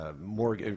more